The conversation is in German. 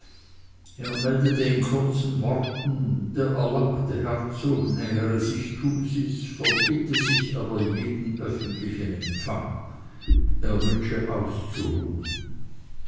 meldete in kurzen worten der erlauchte herzog nähere sich thusis verbitte sich aber jeden öffentlichen empfang er wünsche auszuruhen